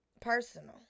personal